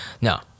No